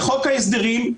בחוק ההסדרים,